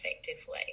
effectively